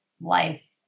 life